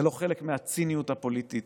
זה לא חלק מהציניות הפוליטית.